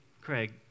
Craig